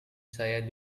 saya